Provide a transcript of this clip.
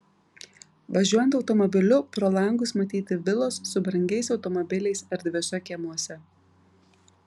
važiuojant automobiliu pro langus matyti vilos su brangiais automobiliais erdviuose kiemuose